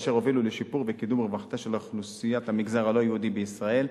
אשר הובילו לשיפור וקידום רווחתה של אוכלוסיית המגזר הלא-יהודי בישראל.